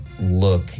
look